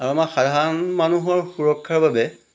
আৰু আমাৰ সাধাৰণ মানুহৰ সুৰক্ষাৰ বাবে